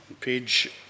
page